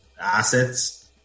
assets